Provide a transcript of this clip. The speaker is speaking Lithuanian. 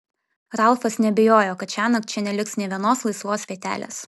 ralfas neabejojo kad šiąnakt čia neliks nė vienos laisvos vietelės